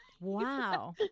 wow